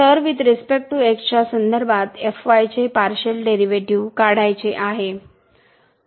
तरवुईथ respect to x च्या संदर्भात चे पार्शिअल डेरीवेटीव काढायचे आहे